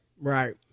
right